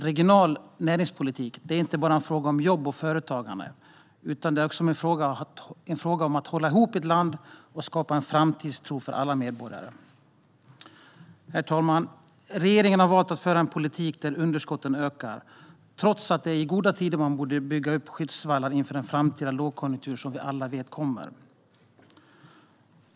Regional näringspolitik är inte bara en fråga om jobb och företagande, utan det är också en fråga om att hålla ihop ett land och skapa en framtidstro för alla medborgare. Herr talman! Regeringen har valt att föra en politik där underskotten ökar, trots att det är i goda tider som man borde bygga skyddsvallar inför den framtida lågkonjunktur som vi alla vet kommer.